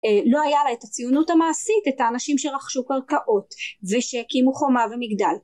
לא היה לה את הציונות המעשית את האנשים שרכשו קרקעות ושהקימו חומה ומגדל